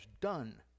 done